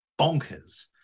bonkers